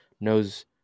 knows